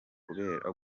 kubera